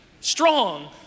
strong